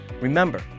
Remember